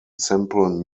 simple